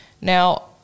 Now